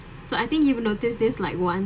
so I think you've noticed this like one